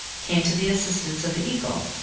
came to the assistance of the eagle,